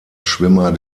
schwimmer